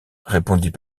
répondit